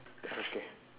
okay